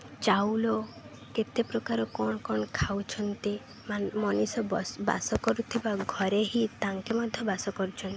ଚାଉଳ କେତେ ପ୍ରକାର କ'ଣ କ'ଣ ଖାଉଛନ୍ତି ମଣିଷ ବାସ କରୁଥିବା ଘରେ ହିଁ ତାଙ୍କେ ମଧ୍ୟ ବାସ କରୁଛନ୍ତି